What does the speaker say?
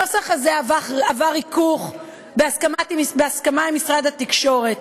הנוסח הזה עבר ריכוך, בהסכמה עם משרד התקשורת.